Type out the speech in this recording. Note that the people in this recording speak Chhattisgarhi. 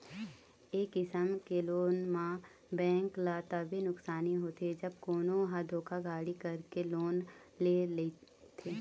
ए किसम के लोन म बेंक ल तभे नुकसानी होथे जब कोनो ह धोखाघड़ी करके लोन ले रहिथे